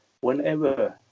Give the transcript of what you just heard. whenever